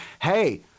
hey